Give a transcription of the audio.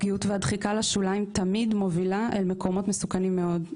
הפגיעות והדחיקה לשוליים תמיד מובילה למקומות מסוכנים מאוד.